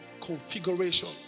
configuration